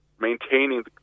maintaining